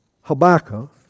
Habakkuk